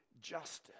justice